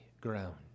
ground